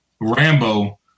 Rambo